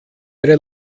ihre